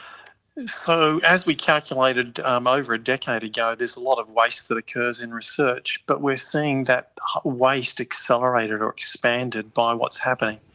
so, as we calculated um over a decade ago, there's a lot of waste that occurs in research, but we are seeing that waste accelerated or expanded by what's happening.